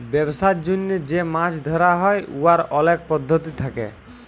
ব্যবসার জ্যনহে যে মাছ ধ্যরা হ্যয় উয়ার অলেক পদ্ধতি থ্যাকে